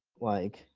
like,